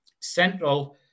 central